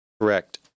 Correct